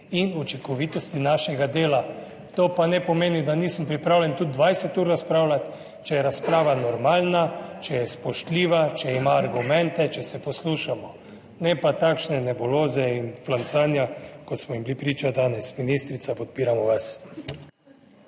in učinkovitosti našega dela. To pa ne pomeni, da nisem pripravljen tudi 20 ur razpravljati, če je razprava normalna, če je spoštljiva, če ima argumente, če se poslušamo, ne pa takšne nebuloze in flancanja, kot smo jim bili priča danes. Ministrica, podpiramo vas.